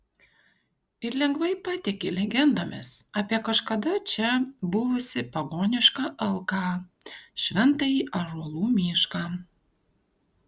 ir lengvai patiki legendomis apie kažkada čia buvusį pagonišką alką šventąjį ąžuolų mišką